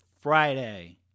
Friday